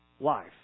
Life